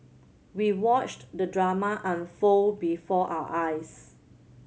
we watched the drama unfold before our eyes